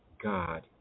God